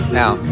now